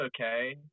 okay